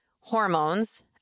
hormones